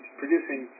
producing